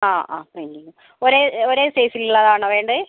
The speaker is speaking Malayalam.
ആ ആ ട്രെൻറ്റിങ്ങ് ഒരേ ഒരേ സൈസിലുള്ളതാണോ വേണ്ടത്